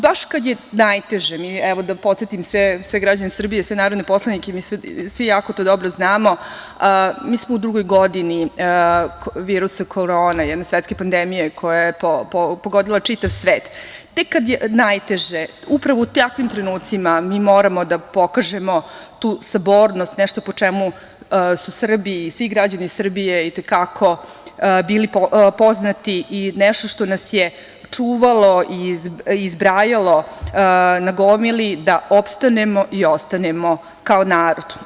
Baš kada je najteže, da podsetim sve građane Srbije, sve narodne poslanike, svi to jako dobro znamo, mi smo u drugoj godini virusa korona, svetske pandemije koja je pogodila čitav svet, tek kada je najteže, upravo u takvim trenucima, mi moramo da pokažemo tu sabornost, nešto po čemu su Srbi i svi građani Srbije i te kako bili poznati i to je nešto što nas je čuvalo i zbrajalo na gomili da opstanemo i ostanemo kao narod.